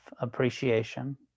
appreciation